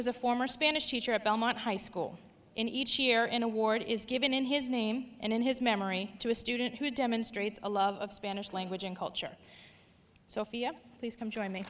was a former spanish teacher at belmont high school in each year in award is given in his name and in his memory to a student who demonstrates a love of spanish language and culture sophia please come join